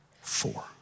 four